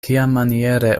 kiamaniere